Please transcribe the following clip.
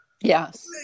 Yes